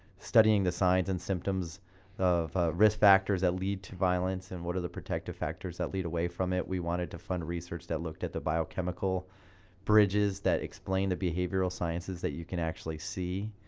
studying the signs and symptoms of risk factors that lead to violence, violence, and what are the protective factors that lead away from it. we wanted to fund research that looked at the biochemical bridges that explain the behavioral sciences that you can actually see.